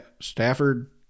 Stafford